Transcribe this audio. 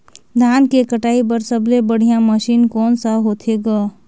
धान के कटाई बर सबले बढ़िया मशीन कोन सा होथे ग?